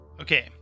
Okay